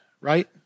right